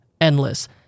endless